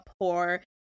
poor